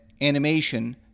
animation